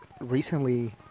recently